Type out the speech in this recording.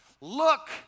look